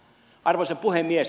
arvoisa puhemies